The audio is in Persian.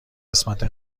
قسمت